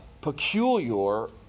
peculiar